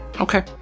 Okay